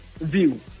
view